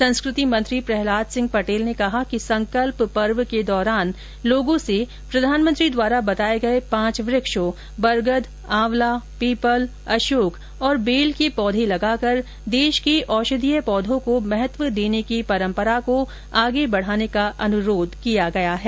संस्कृति मंत्री प्रहलाद सिंह पटेल ने कहा कि संकल्प पर्व के दौरान लोंगों से प्रधानमंत्री द्वारा बताए गए पांच वृक्षों बरगद आंवला पीपल अशोक और बेल के पौधे लगाकर देश के औषधीय पौधों को महत्व देने की परम्परा को आगे बढ़ाने का अनुरोध किया गया है